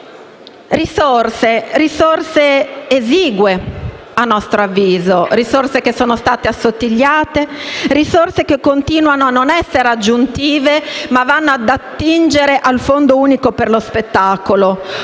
risorse: risorse esigue - a nostro avviso - che sono state assottigliate e che continuano a non essere aggiuntive; risorse che vanno ad attingere al Fondo unico per lo spettacolo,